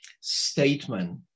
statement